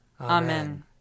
Amen